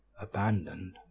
abandoned